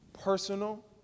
personal